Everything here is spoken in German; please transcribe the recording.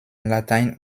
latein